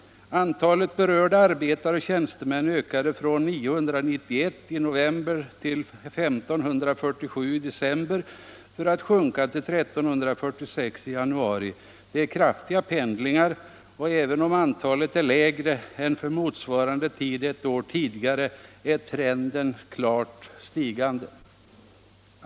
Antal berörda arbetare och tjänstemän ökade från 991 i november till 1 547 i december för att sjunka till 1 346 i januari. Det är kraftiga pendlingar. Och även om antalet är lägre än för motsvarande tid ett år tidigare är trenden klart stigande.